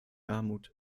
armut